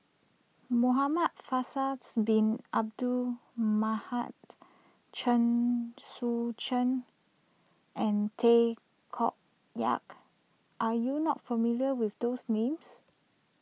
Muhamad Faisals Bin Abdul Mahat Chen Sucheng and Tay Koh Yat are you not familiar with those names